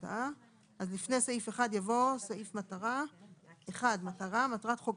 לפני סעיף 1 יבוא סעיף מטרה: 1. מטרת חוק